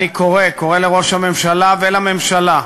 אני קורא לראש הממשלה ולממשלה: